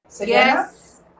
Yes